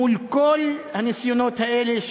מול כל הניסיונות האלה,